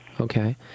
Okay